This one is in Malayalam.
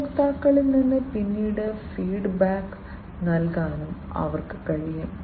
ഉപഭോക്താക്കളിൽ നിന്ന് പിന്നിലേക്ക് ഫീഡ്ബാക്ക് നൽകാനും അവർക്ക് കഴിയും